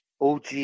OG